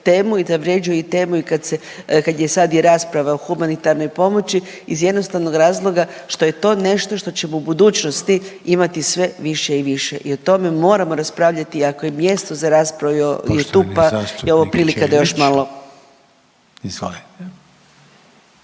temu i zavrjeđuje i temu i kad se, kad je sad i rasprava o humanitarnoj pomoći iz jednostavnog razloga što je to nešto što ćemo u budućnosti imati sve više i više i o tome moramo raspravljati, ako je mjesto za raspravu i tu pa … .../Upadica: Poštovani